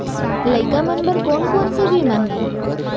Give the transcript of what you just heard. लइका मन बर कोन कोन से बीमा हे?